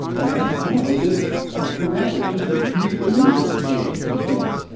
and i wanna live ah forever, just to read the news every day, and the good things.